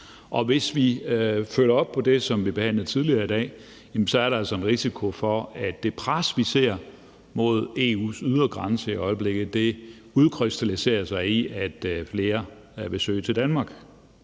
Hvis vi følger op på det, som vi behandlede tidligere i dag, så er der en risiko for, at det pres, vi ser mod EU's ydre grænse i øjeblikket, udkrystalliserer sig i, at flere vil søge til Danmark.